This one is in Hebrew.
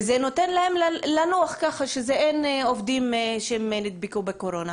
וזה נותן לנו לנוח ככה שאין עובדים שנדבקו בקורונה.